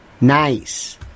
nice